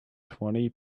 twenty